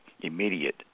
immediate